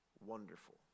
Wonderful